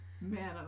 Man